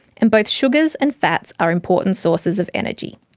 and both sugars and fats are important sources of energy.